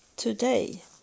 today